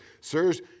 sirs